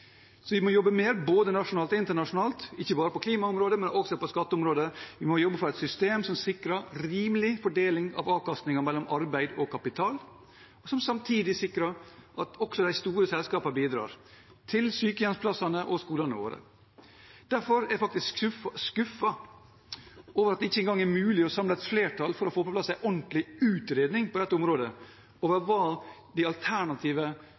Så vi må jobbe mer, både nasjonalt og internasjonalt, ikke bare på klimaområdet, men også på skatteområdet. Vi må jobbe for et system som sikrer rimelig fordeling av avkastningen mellom arbeid og kapital, og som samtidig sikrer at også de store selskapene bidrar – til sykehjemsplassene og skolene våre. Derfor er jeg faktisk skuffet over at det ikke engang er mulig å samle et flertall for å få på plass en ordentlig utredning på dette området, om hva de alternative